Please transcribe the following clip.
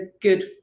good